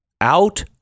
Out